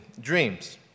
dreams